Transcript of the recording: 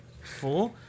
Four